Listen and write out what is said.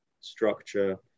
structure